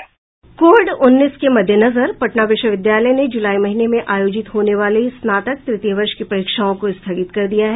Covid उन्नीस के मद्देनजर पटना विश्वविद्यालय ने जुलाई महीने में आयोजित होने वाली स्नातक तृतीय वर्ष की परीक्षाओं को स्थगित कर दिया है